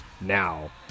Now